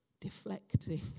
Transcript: deflecting